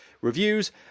reviews